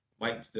Mike